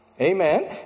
Amen